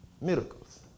Miracles